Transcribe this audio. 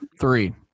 Three